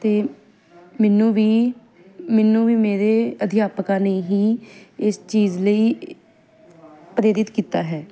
ਅਤੇ ਮੈਨੂੰ ਵੀ ਮੈਨੂੰ ਵੀ ਮੇਰੇ ਅਧਿਆਪਕਾਂ ਨੇ ਹੀ ਇਸ ਚੀਜ਼ ਲਈ ਪ੍ਰੇਰਿਤ ਕੀਤਾ ਹੈ